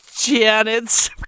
Janet's